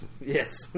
yes